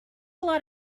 lot